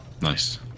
Nice